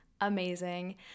Amazing